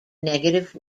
negative